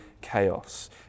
chaos